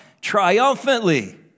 triumphantly